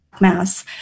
Mass